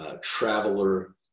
Traveler